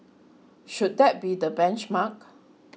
should that be the benchmark